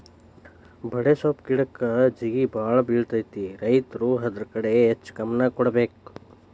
ಬಡೆಸ್ವಪ್ಪ್ ಗಿಡಕ್ಕ ಜೇಗಿಬಾಳ ಬಿಳತೈತಿ ರೈತರು ಅದ್ರ ಕಡೆ ಹೆಚ್ಚ ಗಮನ ಕೊಡಬೇಕ